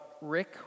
Rick